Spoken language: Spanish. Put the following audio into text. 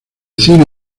cine